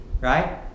right